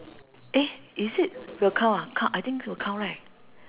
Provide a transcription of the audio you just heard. eh is it will count ah count I think will count right